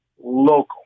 local